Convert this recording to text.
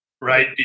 right